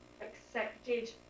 accepted